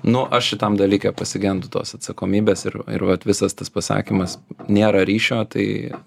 nu aš šitam dalyke pasigendu tos atsakomybės ir ir vat visas tas pasakymas nėra ryšio tai